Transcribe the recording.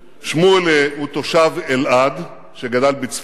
שמואל הוא תושב אלעד שגדל בצפת.